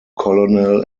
colonel